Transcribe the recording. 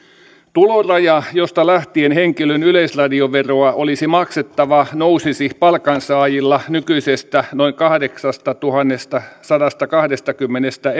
tuloraja josta lähtien henkilön yleisradioveroa olisi maksettava nousisi palkansaajilla nykyisestä noin kahdeksastatuhannestasadastakahdestakymmenestä